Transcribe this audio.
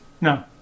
No